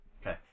Okay